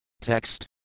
Text